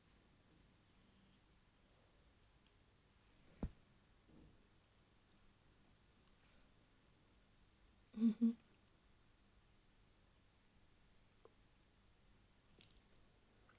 mmhmm